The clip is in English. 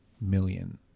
million